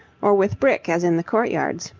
or with brick as in the courtyards,